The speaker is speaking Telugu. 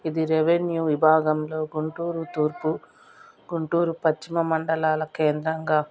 ఇది రెవెన్యూ విభాగంలో గుంటూరు తూర్పు గుంటూరు పశ్చిమ మండలాల కేంద్రంగా